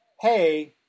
hey